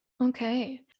Okay